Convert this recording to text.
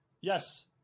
Yes